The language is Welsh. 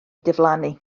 diflannu